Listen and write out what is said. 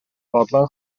fodlon